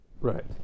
Right